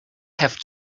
have